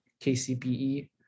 KCPE